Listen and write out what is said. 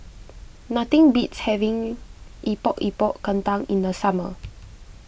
nothing beats having Epok Epok Kentang in the summer